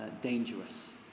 dangerous